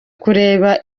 kureba